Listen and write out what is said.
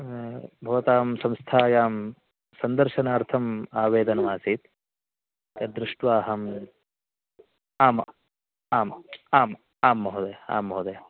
भवतां संस्थायां सन्दर्शनार्थम् आवेदनम् आसीत् तद्दृष्ट्वा अहम् आम् आम् आम् आम् महोदय आं महोदय